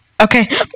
Okay